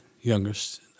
youngest